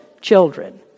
children